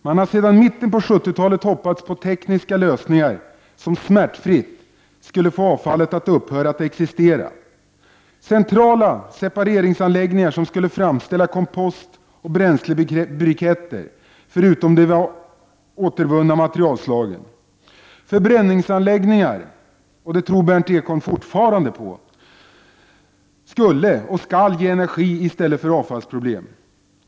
Man har sedan mitten av 1970-talet hoppats på tekniska lösningar som smärtfritt skulle få avfallet att upphöra att existera: centrala separeringsanläggningar som skulle framställa kompost och bränslebriketter förutom de återvunna materialslagen. Förbränningsanläggningar skulle och skall — det tror Berndt Ekholm fortfarande på — ge energi i stället för avfallsproblem.